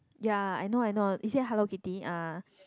ya I know I know he said Hello Kitty ah